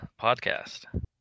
podcast